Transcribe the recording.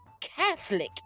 Catholic